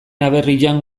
aberrian